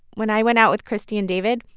when i went out with christie and david,